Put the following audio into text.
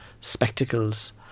spectacles